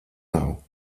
nav